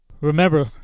Remember